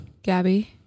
Gabby